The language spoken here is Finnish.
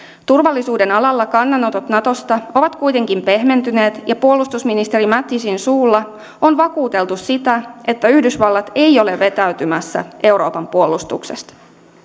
turvallisuuden alalla kannanotot natosta ovat kuitenkin pehmentyneet ja puolustusministeri mattisin suulla on vakuuteltu sitä että yhdysvallat ei ole vetäytymässä euroopan puolustuksesta